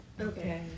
Okay